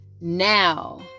Now